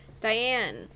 Diane